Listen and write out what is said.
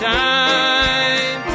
time